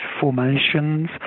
formations